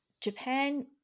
Japan